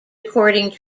according